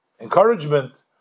encouragement